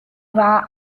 war